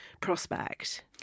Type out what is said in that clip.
prospect